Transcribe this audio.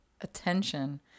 attention